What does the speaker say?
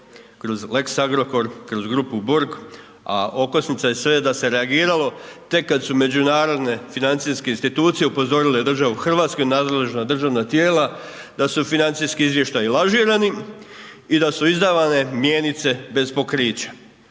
kroz lex Agrokor, kroz grupu Borg a okosnica je sve da se reagiralo tek kad su međunarodne financijske institucije upozorile državu Hrvatsku i nadležna državna tijela da su financijski izvještaji lažirani i da su izdavane mjenice bez pokrića.